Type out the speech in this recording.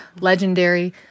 legendary